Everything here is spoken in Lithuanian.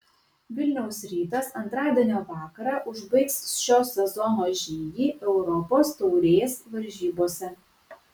vilniaus rytas antradienio vakarą užbaigs šio sezono žygį europos taurės varžybose